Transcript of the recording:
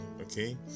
okay